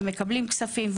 מקבלים כספים,